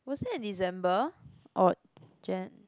was it in December or Jan